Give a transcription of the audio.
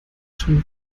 schon